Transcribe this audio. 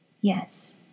yes